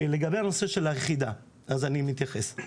לגבי הנושא של היחידה, אז אני מתייחס.